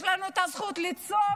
יש לנו את הזכות לצום,